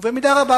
במידה רבה,